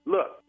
Look